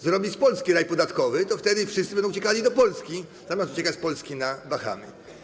Zrobić z Polski raj podatkowy, to wtedy wszyscy będą uciekali do Polski, zamiast uciekać z Polski na Bahamy.